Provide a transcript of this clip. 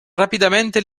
rapidamente